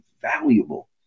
valuable